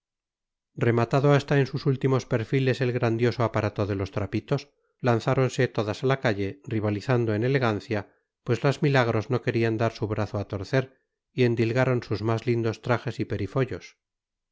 rematado hasta en sus últimos perfiles el grandioso aparato de los trapitos lanzáronse todas a la calle rivalizando en elegancia pues las milagros no querían dar su brazo a torcer y endilgaron sus más lindos trajes y perifollos